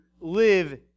live